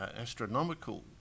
astronomical